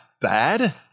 bad